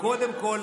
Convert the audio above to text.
קודם כול,